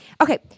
Okay